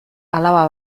alaba